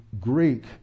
Greek